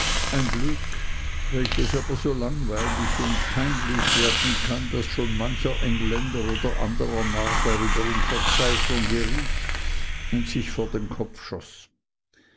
ein glück welches aber so langweilig und peinlich werden kann daß schon mancher engländer oder anderer narr in verzweiflung geriet und sich vor den kopf schoß